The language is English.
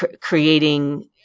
creating